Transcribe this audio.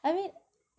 I mean